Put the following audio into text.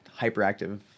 hyperactive